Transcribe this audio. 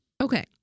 Okay